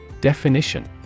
Definition